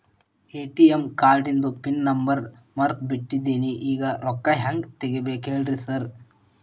ATM ಕಾರ್ಡಿಂದು pin number ಮರ್ತ್ ಬಿಟ್ಟಿದೇನಿ ಈಗ ರೊಕ್ಕಾ ಹೆಂಗ್ ತೆಗೆಬೇಕು ಹೇಳ್ರಿ ಸಾರ್